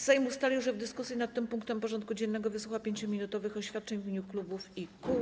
Sejm ustalił, że w dyskusji nad tym punktem porządku dziennego wysłucha 5-minutowych oświadczeń w imieniu klubów i kół.